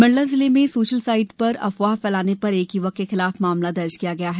मंडला जिले में social site पर अफवाह फैलाने पर एक युवक के खिलाफ मामला दर्ज किया गया है